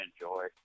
enjoy